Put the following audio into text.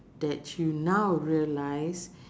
that you now realise